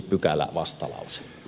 arvoisa puhemies